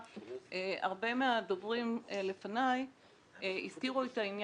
הרבה מהדוברים לפניי הזכירו את העניין של